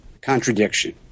contradiction